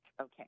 Okay